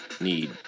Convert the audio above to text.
need